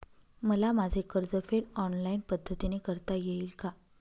मला माझे कर्जफेड ऑनलाइन पद्धतीने करता येईल का?